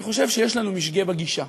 אני חושב שיש לנו משגה בגישה,